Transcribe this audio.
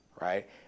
right